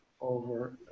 over